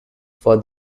for